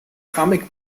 comic